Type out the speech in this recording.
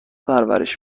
پرورش